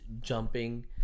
jumping